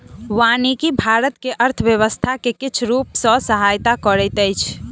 वानिकी भारत के अर्थव्यवस्था के किछ रूप सॅ सहायता करैत अछि